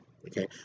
Okay